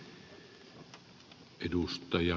arvoisa puhemies